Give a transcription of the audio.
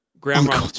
Grandma